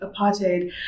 apartheid